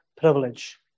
privilege